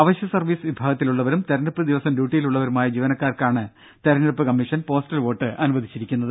അവശ്യ സർവീസ് വിഭാഗത്തിലുള്ളവരും തെരഞ്ഞെടുപ്പ് ദിവസം ഡ്യൂട്ടിയിലുള്ളവരുമായ ജീവനക്കാർക്കാണ് തെരഞ്ഞെടുപ്പ് കമ്മീഷൻ പോസ്റ്റൽ വോട്ട് അനുവദിച്ചിരിക്കുന്നത്